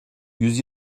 yüz